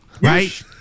right